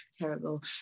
terrible